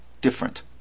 different